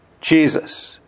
Jesus